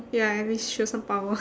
ya at least show some power